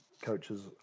coaches